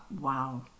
Wow